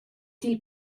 til